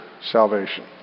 salvation